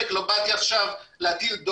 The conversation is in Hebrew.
הכבד והנה הטחול.